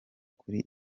kuri